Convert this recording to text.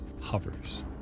hovers